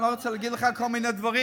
אני לא רוצה להגיד לך כל מיני דברים,